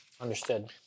Understood